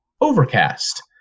Overcast